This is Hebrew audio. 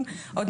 הכביש.